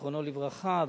זיכרונו לברכה,